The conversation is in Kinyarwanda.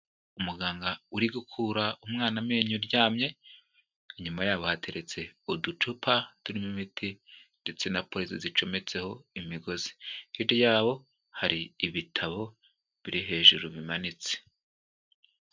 Umuganga uri gukura umwana amenyo uryamye, inyuma yabo hateretse uducupa turimo imiti, ndetse na purize zicometseho imigozi. Hirya yabo hari ibitabo biri hejuru bimanitse.